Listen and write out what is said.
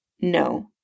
No